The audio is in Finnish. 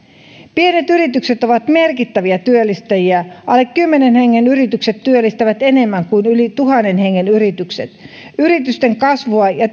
pienet yritykset ovat merkittäviä työllistäjiä alle kymmenen hengen yritykset työllistävät enemmän kuin yli tuhannen hengen yritykset yritysten kasvua ja